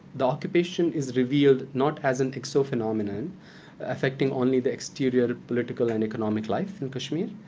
the occupation is revealed not as an exophenomenon affecting only the exterior political and economic life in kashmir.